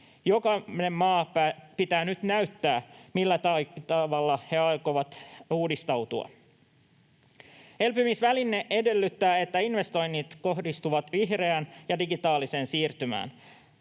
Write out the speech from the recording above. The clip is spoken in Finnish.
Jokaisen maan pitää nyt näyttää, millä tavalla ne aikovat uudistautua. Elpymisväline edellyttää, että investoinnit kohdistuvat vihreään ja digitaaliseen siirtymään.